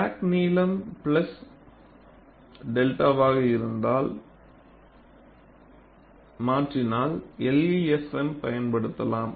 crack நீளம் plus 𝚫 வாக இருந்தால் மாற்றினால் LEFM பயன்படுத்தலாம்